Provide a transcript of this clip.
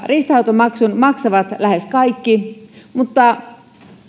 riistanhoitomaksun maksavat lähes kaikki mutta